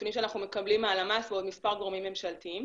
נתונים שאנחנו מקבלים מהלמ"ס ועוד מספר גורמים ממשלתיים.